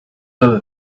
other